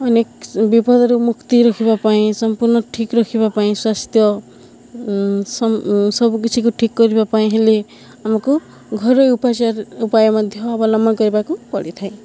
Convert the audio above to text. ଅନେକ ବିପଦରୁ ମୁକ୍ତି ରଖିବା ପାଇଁ ସମ୍ପୂର୍ଣ୍ଣ ଠିକ୍ ରଖିବା ପାଇଁ ସ୍ୱାସ୍ଥ୍ୟ ସବୁ କିଛିକୁ ଠିକ୍ କରିବା ପାଇଁ ହେଲେ ଆମକୁ ଘରୋଇ ଉପଚାର ଉପାୟ ମଧ୍ୟ ଅବଲମ୍ବନ କରିବାକୁ ପଡ଼ିଥାଏ